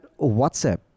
WhatsApp